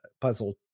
puzzle